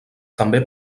també